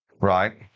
Right